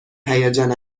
هیجان